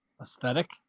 Aesthetic